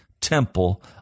temple